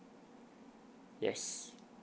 yes